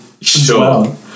sure